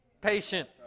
patient